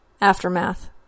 Aftermath